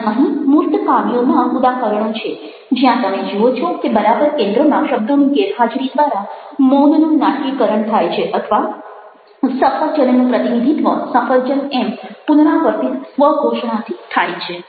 અને અહીં મૂર્ત કાવ્યોના ઉદાહરણો છે જ્યાં તમે જુઓ છો કે બરાબર કેન્દ્રમાં શબ્દોની ગેરહાજરી દ્વારા મૌનનું નાટ્યીકરણ થાય છે અથવા સફરજનનું પ્રતિનિધિત્વ સફરજન એમ પુનરાવર્તિત સ્વ ઘોષણાથી થાય છે